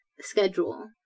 schedule